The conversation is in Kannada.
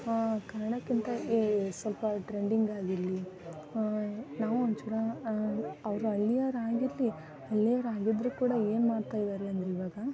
ಕನ್ನಡಕ್ಕಿಂತ ಸ್ವಲ್ಪ ಟ್ರೆಂಡಿಂಗಾಗಿರಲಿ ನಾವು ಒಂಚೂರು ಅವರು ಹಳ್ಳಿಯವರಾಗಿರ್ಲಿ ಹಳ್ಳಿಯವರಾಗಿದ್ರೂ ಕೂಡ ಏನು ಮಾಡ್ತಾ ಇದ್ದಾರೆ ಅಂದ್ರೆ ಇವಾಗ